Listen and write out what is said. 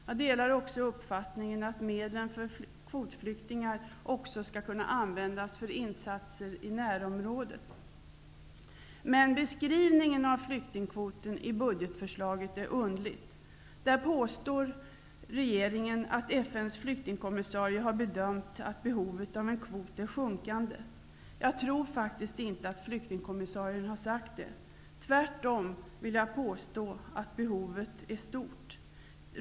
Jag delar också uppfattningen att medlen för kvotflyktingar även skall kunna an vändas för insatser i närområde. Men beskrivningen av flyktingkvoten i budget förslaget är underlig. Där påstår regeringen att FN:s flyktingkommissarie har bedömt att behovet av en kvot är sjunkande. Jag tror faktiskt inte att flyktingkommissarien har sagt det. Tvärtom vill jag påstå att behovet är stort.